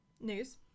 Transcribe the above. news